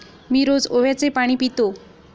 मी रोज ओव्याचे पाणी पितो